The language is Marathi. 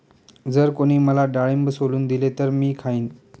जर कोणी मला डाळिंब सोलून दिले तर मी खाईन